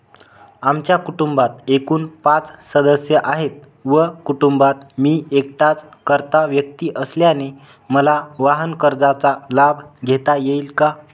आमच्या कुटुंबात एकूण पाच सदस्य आहेत व कुटुंबात मी एकटाच कर्ता व्यक्ती असल्याने मला वाहनकर्जाचा लाभ घेता येईल का?